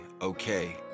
okay